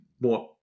more